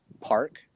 park